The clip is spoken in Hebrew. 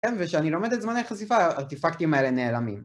וכשאני לומד את זמני החשיפה, הארטיפקטים האלה נעלמים